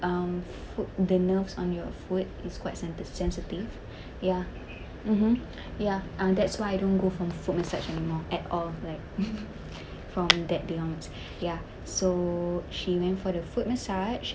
um foot the nerves on your foot is quite sen~ sensitive ya mmhmm ya and that's why I don't go for foot massage anymore at all like from that day onwards ya so she went for the foot massage